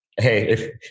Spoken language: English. hey